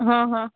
હં હં